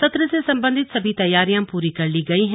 सत्र से संबंधित सभी तैयारियां पूरी कर ली गई हैं